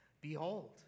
Behold